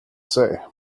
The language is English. say